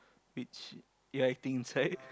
which you are acting inside